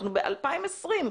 אנחנו ב-2020,